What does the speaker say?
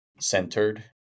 centered